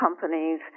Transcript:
companies